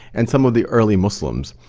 and some of the early muslims.